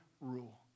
rule